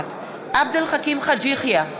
נוכחת עבד אל חכים חאג' יחיא,